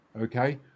okay